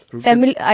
Family